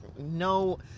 no